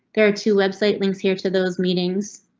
there are two website links here to those meetings.